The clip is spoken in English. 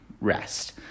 rest